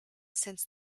since